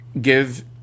give